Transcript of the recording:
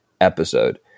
episode